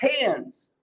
hands